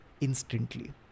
instantly